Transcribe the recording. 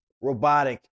robotic